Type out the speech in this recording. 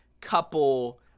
couple